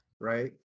Right